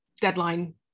deadline